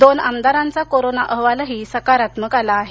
दोन आमदारांचा कोरोना अहवाल सकारात्मक आला आहे